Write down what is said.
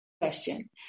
question